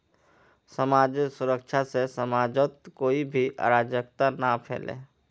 समाजेर सुरक्षा से समाजत कोई भी अराजकता ना फैले